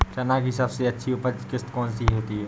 चना की सबसे अच्छी उपज किश्त कौन सी होती है?